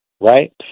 right